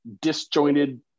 disjointed